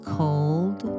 cold